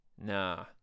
Nah